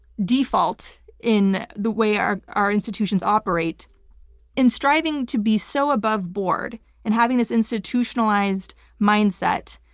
default in the way our our institutions operate in striving to be so above board and having this institutionalized mindset.